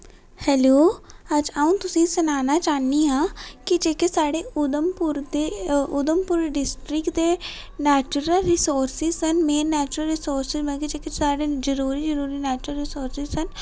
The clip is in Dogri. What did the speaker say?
हैल्लो अज अ'ऊं तुसेंगी सनाना चाह्नी आं की जेह्के साढ़े उधमपुर दे उधमपुर डिस्टिक दे नेचुरल रिसोर्सेस न मैं नेचुरल रिसोर्सस न जेह्ड़े साढ़े जरूरी जरूरी नेचुरल रिसोर्सस न